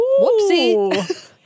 Whoopsie